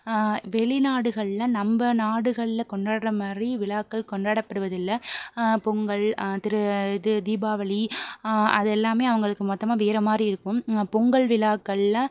வெளிநாடுகளில் நம்ப நாடுகளில் கொண்டாற்ற மாதிரி விழாக்கள் கொண்டாட படுவதில்லை பொங்கல் திரு இது தீபாவளி அது எல்லாமே அவங்களுக்கு மொத்தமாக வேறு மாதிரி இருக்கும் பொங்கல் விழாக்களில்